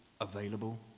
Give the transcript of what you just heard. available